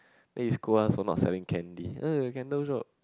then you scold us for not selling candy uh a candle shop